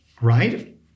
right